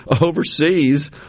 overseas